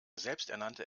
selbsternannte